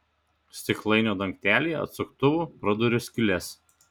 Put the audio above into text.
stiklainio dangtelyje atsuktuvu praduriu skyles